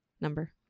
number